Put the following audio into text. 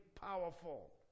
powerful